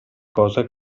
cosa